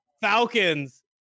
Falcons